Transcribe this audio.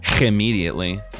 Immediately